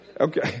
Okay